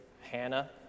Hannah